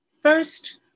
first